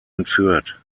entführt